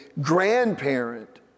grandparent